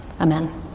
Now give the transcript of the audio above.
Amen